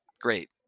Great